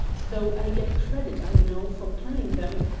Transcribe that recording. though i get credit, i know, for planning them.